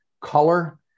color